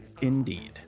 Indeed